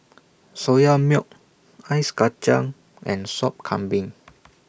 Soya Milk Ice Kachang and Sop Kambing